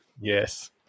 yes